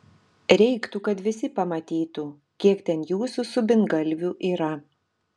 reiktų kad visi pamatytų kiek ten jūsų subingalvių yra